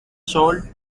sold